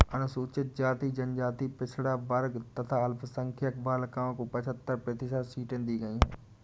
अनुसूचित जाति, जनजाति, पिछड़ा वर्ग तथा अल्पसंख्यक बालिकाओं को पचहत्तर प्रतिशत सीटें दी गईं है